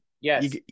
Yes